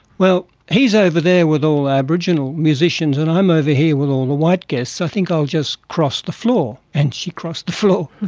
well, he's over there with all the aboriginal musicians and i'm over here with all the white guests, i think i'll just cross the floor. and she crossed the floor.